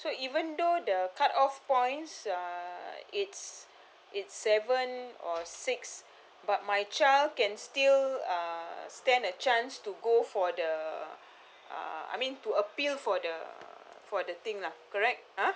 so even though the cut off point uh it's it's seven or six but my child can still uh stand a chance to go for the uh I mean to appeal for the for the thing lah correct ah